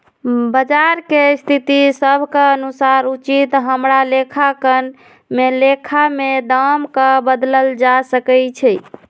बजार के स्थिति सभ के अनुसार उचित हमरा लेखांकन में लेखा में दाम् के बदलल जा सकइ छै